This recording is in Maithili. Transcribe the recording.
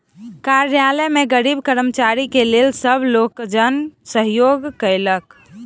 कार्यालय में गरीब कर्मचारी के लेल सब लोकजन सहयोग केलक